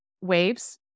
waves